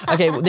Okay